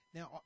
Now